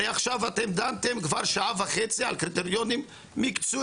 הרי עכשיו אתם דנתם כבר שעה וחצי על קריטריונים מקצועיים,